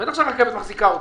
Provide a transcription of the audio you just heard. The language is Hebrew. בטח שהרכבת מחזיקה אותו,